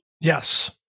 Yes